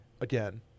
again